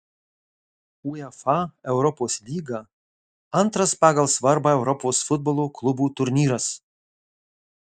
uefa europos lyga antras pagal svarbą europos futbolo klubų turnyras